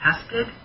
tested